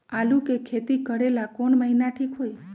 आलू के खेती करेला कौन महीना ठीक होई?